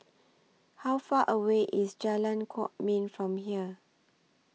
How Far away IS Jalan Kwok Min from here